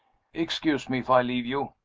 excuse me if i leave you,